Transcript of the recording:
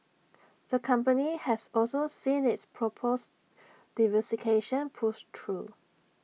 the company has also seen its proposed diversification pushed through